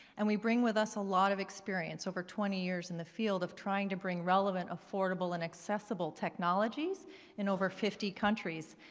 and we bring with us a lot of experience over twenty years in the field of trying to bring relevant affordable and accessible technologies in over fifty countries.